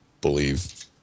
believe